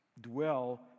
dwell